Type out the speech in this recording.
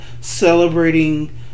celebrating